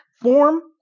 form